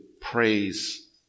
praise